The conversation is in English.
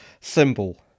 symbol